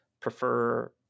prefer